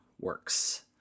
works